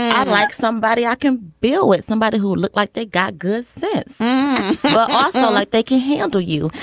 i like somebody i can build with somebody who look like they got good sense but also like they can handle you.